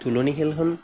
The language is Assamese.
থুলনি খেলখন